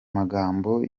magambo